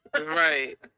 right